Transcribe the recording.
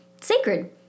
sacred